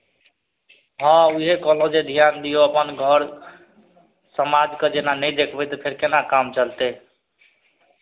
हँ उएह कहलहुँ जे ध्यान दियौ अपन घर समाजके जेना नहि देखबै तऽ फेर केना काम चलतै